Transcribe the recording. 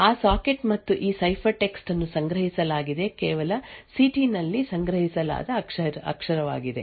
ಆ ಸಾಕೆಟ್ ಮತ್ತು ಈ ಸೈಫರ್ಟೆಕ್ಸ್ಟ್ ಅನ್ನು ಸಂಗ್ರಹಿಸಲಾಗಿದೆ ಕೇವಲ ಸಿ ಟಿ ನಲ್ಲಿ ಸಂಗ್ರಹಿಸಲಾದ ಅಕ್ಷರವಾಗಿದೆ